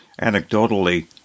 Anecdotally